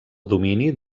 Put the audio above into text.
domini